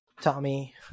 Tommy